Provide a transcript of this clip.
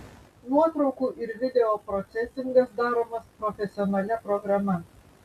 nuotraukų ir video procesingas daromas profesionalia programa